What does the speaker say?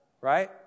Right